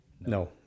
no